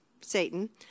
Satan